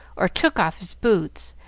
or took off his boots,